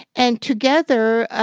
and together,